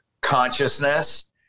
consciousness